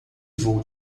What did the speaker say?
vou